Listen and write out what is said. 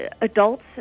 adults